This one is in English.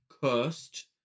cursed